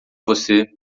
você